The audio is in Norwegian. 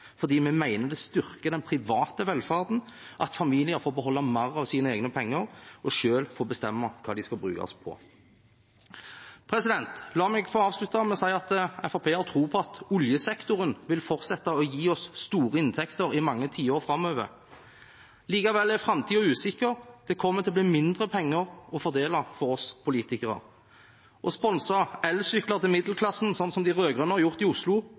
fordi vi mener det styrker den private velferden at familier får beholde mer av sine egne penger og selv får bestemme hva de skal brukes på. La meg få avslutte med å si at Fremskrittspartiet har tro på at oljesektoren vil fortsette å gi oss store inntekter i mange tiår framover. Likevel er framtiden usikker. Det kommer til å bli mindre penger å fordele for oss politikere. Å sponse elsykler til middelklassen, som de rød-grønne i Oslo har gjort,